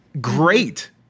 great